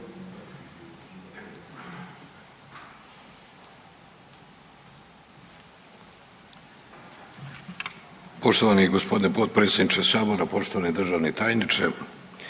Poštovani g. potpredsjedniče sabora, poštovani državni tajniče.